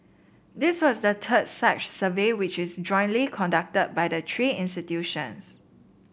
this was the third such survey which is jointly conducted by the three institutions